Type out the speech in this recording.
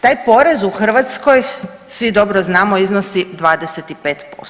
Taj porez u Hrvatskoj svi dobro znamo iznosi 25%